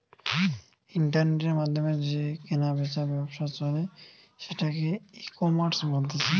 ইন্টারনেটের মাধ্যমে যে কেনা বেচার ব্যবসা চলে সেটাকে ইকমার্স বলতিছে